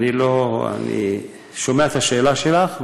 היא רוצה לחסוך את השאלה הנוספת.